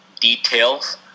details